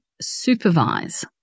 supervise